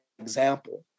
example